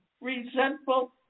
resentful